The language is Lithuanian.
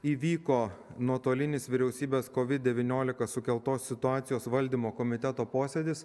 įvyko nuotolinis vyriausybės kovid devyniolika sukeltos situacijos valdymo komiteto posėdis